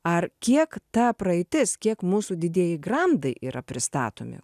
ar kiek ta praeitis kiek mūsų didieji grandai yra pristatomi